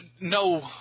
No